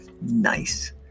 nice